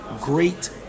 great